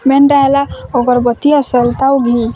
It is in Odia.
ମେନ୍ଟା ହେଲା ଅଗରବତୀ ଆଉ ସଲତା ଆଉ ଘିଁ